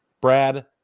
Brad